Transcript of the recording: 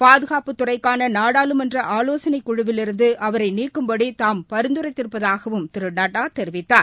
பாதுகாப்புத்துறைக்கானநாடாளுமன்றஆவோசனைக் குழுவிலிருந்துஅவரைநீக்கும்படிதாம் பரிந்துரைத்திருப்பதாகவும் திருநட்டாதெரிவித்தார்